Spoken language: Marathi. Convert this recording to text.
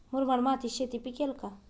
मुरमाड मातीत शेती पिकेल का?